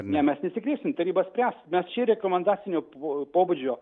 ne mes nesikreipsim taryba spręs mes čia rekomendacinio po pobūdžio